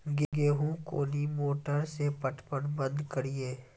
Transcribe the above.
गेहूँ कोनी मोटर से पटवन बंद करिए?